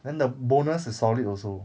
then the bonus is solid also